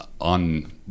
on